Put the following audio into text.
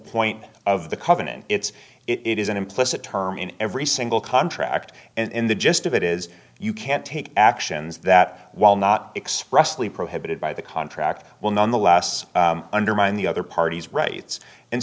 point of the covenant it's it is an implicit term in every single contract and the gist of it is you can't take actions that while not expressly prohibited by the contract will none the less undermine the other party's rights and